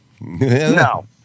No